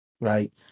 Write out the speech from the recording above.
right